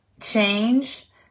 change